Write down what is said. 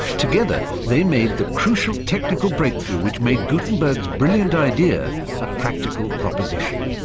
together, they made the crucial technical breakthrough which made gutenberg's brilliant idea a practical proposition.